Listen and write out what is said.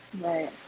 Right